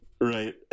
Right